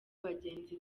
abagenzi